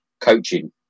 coaching